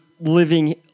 living